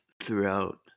throughout